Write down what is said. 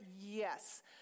yes